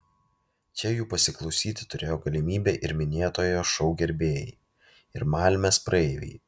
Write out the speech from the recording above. čia jų pasiklausyti turėjo galimybę ir minėtojo šou gerbėjai ir malmės praeiviai